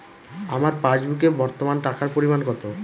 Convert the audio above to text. আমার পাসবুকে বর্তমান টাকার পরিমাণ কত?